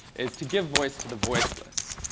is to give voice to the voiceless.